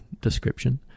description